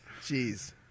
Jeez